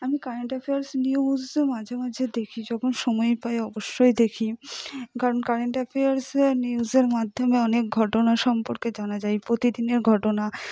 আমি current affairs নিউজও মাঝে মাঝে দেখি যখন সময় পাই অবশ্যই দেখি কারণ কারেন্ট অ্যাফেয়ার্সে আর নিউজের মাধ্যমে অনেক ঘটনা সম্পর্কে জানা যায় প্রতিদিনের ঘটনা